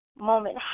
moment